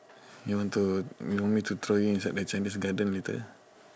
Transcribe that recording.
you want to you want me to throw you inside the Chinese garden later